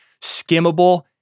Skimmable